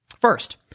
First